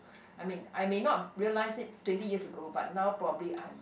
I mean I may not realise it twenty years ago but now probably I'm